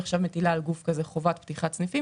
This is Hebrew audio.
שני הגדלה של תקרת הגיוס והקדמה של מועד הפירעון,